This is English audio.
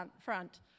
front